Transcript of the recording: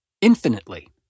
infinitely